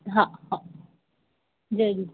हा हा जय झूलेलाल